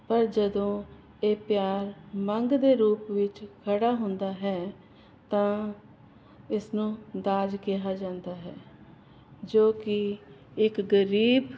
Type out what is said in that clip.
ਪਰ ਜਦੋਂ ਇਹ ਪਿਆਰ ਮੰਗ ਦੇ ਰੂਪ ਵਿੱਚ ਖੜ੍ਹਾ ਹੁੰਦਾ ਹੈ ਤਾਂ ਇਸਨੂੰ ਦਾਜ ਕਿਹਾ ਜਾਂਦਾ ਹੈ ਜੋ ਕਿ ਇੱਕ ਗਰੀਬ